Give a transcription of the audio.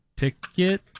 ticket